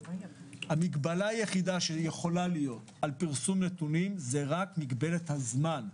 המגבלה היחידה שיכולה להיות על פרסום נתונים זה רק מגבלת הזמן.